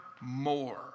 more